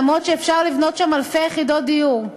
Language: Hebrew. למרות שאפשר לבנות שם אלפי יחידות דיור.